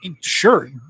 Sure